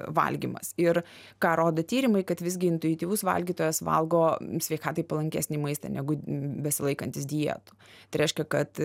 valgymas ir ką rodo tyrimai kad visgi intuityvus valgytojas valgo sveikatai palankesnį maistą negu besilaikantys dietų tai reiškia kad